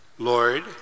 Lord